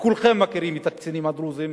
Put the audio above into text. וכולכם מכירים את הקצינים הדרוזים,